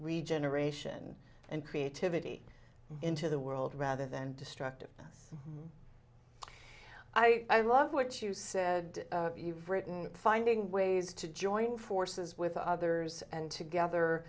regeneration and creativity into the world rather than destructive us i love what you said you've written finding ways to join forces with others and together